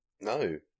no